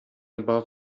above